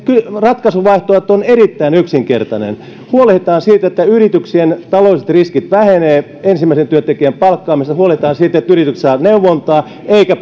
ratkaisuvaihtoehto on erittäin yksinkertainen huolehditaan siitä että yrityksien taloudelliset riskit vähenevät ensimmäisen työntekijän palkkaamisessa huolehditaan siitä että yritykset saavat neuvontaa eikä